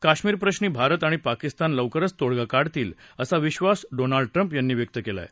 कश्मीरप्रश्वी भारत आणि पाकिस्तान लवकरच तोडगा काढतील असा विधास डोनाल्ड ट्रंप यांनी व्यक्त केलाय